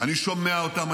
אני שומע אותם,